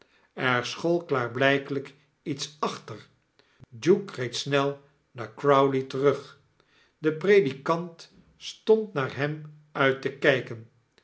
er school klaarblykelyk iets achter duke reed snel naar crowley terug de predikant stond naar hem uit te kyken